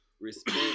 respect